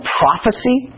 prophecy